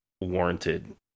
warranted